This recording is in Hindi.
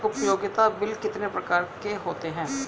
उपयोगिता बिल कितने प्रकार के होते हैं?